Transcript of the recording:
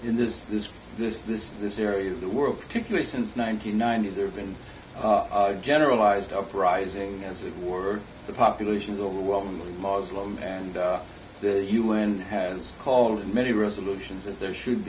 in this this this this this area of the world particularly since nine hundred ninety there have been generalized uprising as it were the population is overwhelmingly moslem and the u n has called in many resolutions that there should